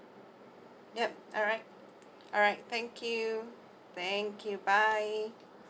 yup alright alright thank you thank you bye